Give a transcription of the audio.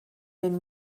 den